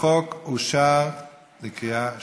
החוק אושר בקריאה שלישית,